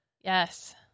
Yes